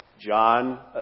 John